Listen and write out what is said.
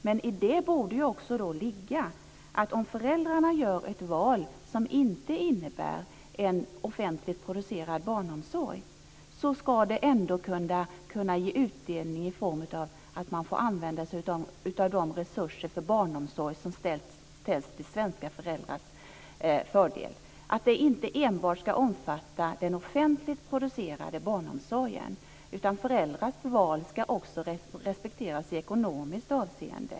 Men i det borde också ligga att föräldrar som inte väljer offentligt producerad barnomsorg ändå ska kunna få utdelning i form av att de får använda sig av de resurser som har ställts till svenska föräldrars förfogande. Inte enbart den offentligt producerade barnomsorgen ska omfattas, utan föräldrarnas val ska också respekteras i ekonomiskt hänseende.